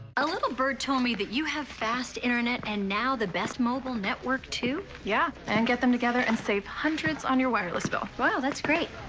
a little bird told me that you have fast internet and now the best mobile network too? yeah and get them together and save hundreds on your wireless bill. wow, that's great.